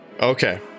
Okay